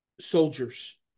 soldiers